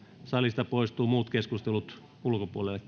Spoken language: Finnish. salista poistuvat muut keskustelut ulkopuolelle